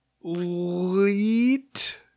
Leet